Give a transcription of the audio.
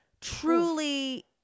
truly